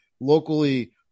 locally